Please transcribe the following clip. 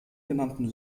genannten